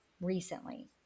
recently